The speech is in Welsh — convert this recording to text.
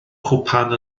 cwpan